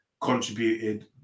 contributed